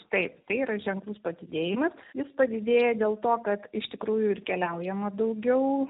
taip tai yra ženklus padidėjimas jis padidėjo dėl to kad iš tikrųjų ir keliaujama daugiau